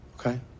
Okay